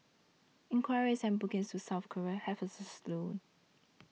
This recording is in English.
inquiries and bookings to South Korea have also slowed